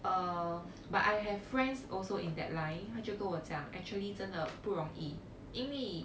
uh but I have friends also in that line 他就跟我讲 actually 真的不容易因为